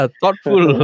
thoughtful